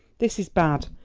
this is bad,